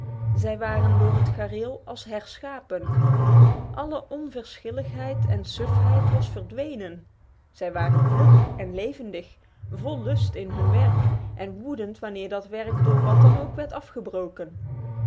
zij waren door het gareel als herschapen alle onverschilligheid en sufheid was verdwenen zij waren vlug en levendig vol lust in hun werk en woedénd wanneer dat werk door wat dan ook werd afgebroken